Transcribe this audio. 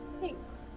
Thanks